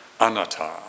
anatta